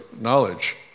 knowledge